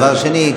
דבר שני,